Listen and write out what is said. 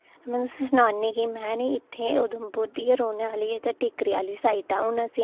में तुसेंगी सनानी कि में नी इत्थें उधमपुर दी गै रौह्ने आह्ली ऐ टिक्करी आह्ली साईड दा हू'न असें गी